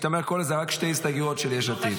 כשאתה אומר "את כל" זה רק שתי הסתייגויות של יש עתיד.